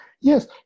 Yes